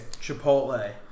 Chipotle